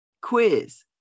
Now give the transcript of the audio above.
Quiz